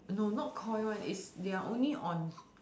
no not koi one is they're only on